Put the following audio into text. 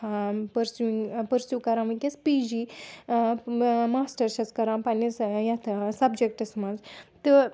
pursuing pursue کَران وٕنکٮ۪س P G master چھَس کَران پنٛنِس یَتھ سَبجَکٹَس منٛز تہٕ